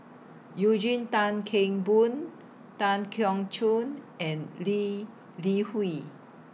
Eugene Tan Kheng Boon Tan Keong Choon and Lee Li Hui